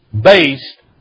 based